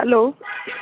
hello